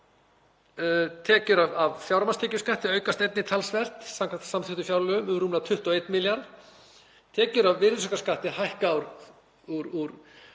Tekjur af fjármagnstekjuskatti aukast einnig talsvert, samkvæmt samþykktum fjárlögum um rúmlega 21 milljarð. Tekjur af virðisaukaskatti hækka úr